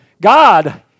God